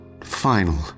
final